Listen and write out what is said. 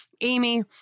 Amy